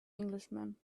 englishman